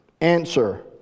answer